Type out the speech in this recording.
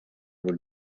would